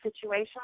situation